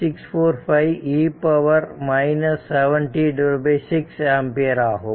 645 e 7 t 6 ampere ஆகும்